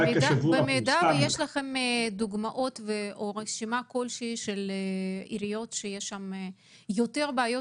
במידה ויש לכם דוגמאות או רשימה כלשהי של עיריות שי שם יותר בעיות